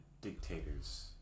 dictators